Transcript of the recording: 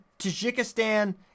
Tajikistan